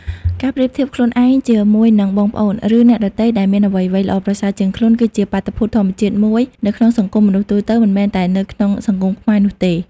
ការប្រៀបធៀបខ្លួនឯងជាមួយនឹងបងប្អូន ឬអ្នកដទៃដែលមានអ្វីៗល្អប្រសើរជាងខ្លួន គឺជាបាតុភូតធម្មតាមួយនៅក្នុងសង្គមមនុស្សទូទៅ មិនមែនតែនៅក្នុងសង្គមខ្មែរនោះទេ។